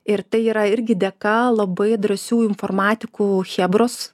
ir tai yra irgi dėka labai drąsių informatikų chebros